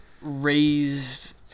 raised